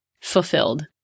fulfilled